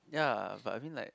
ya but I mean like